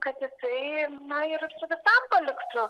kad jisai na ir su visam paliktų